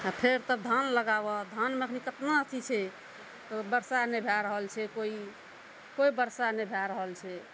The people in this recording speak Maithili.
फेर तब धान लगाबऽ धानमे अखन कते अथी छै बरसा नहि भऽ रहल छै कोई कोइ बरसा नहि भऽ रहल छै